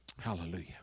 Hallelujah